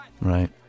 Right